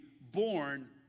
born